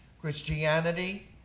Christianity